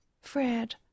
Fred